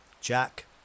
jack